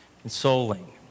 consoling